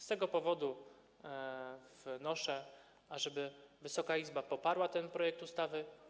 Z tego powodu wnoszę, żeby Wysoka Izba poparła ten projekt ustawy.